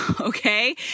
okay